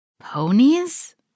Ponies